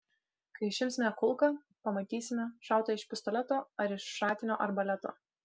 kai išimsime kulką pamatysime šauta iš pistoleto ar iš šratinio arbaleto